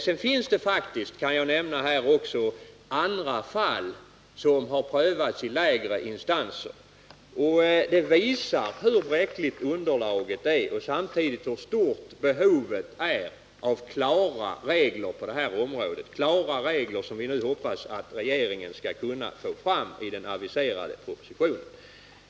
Jag kan här nämna att det faktiskt finns andra fall som har prövats i lägre instanser. Detta visar hur bräckligt underlaget är och hur stort behovet är av klara regler på detta område. Det är dessa klara regler som jag nu hoppas att regeringen skall kunna få fram i den aviserade propositionen.